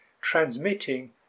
transmitting